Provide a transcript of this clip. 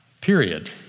period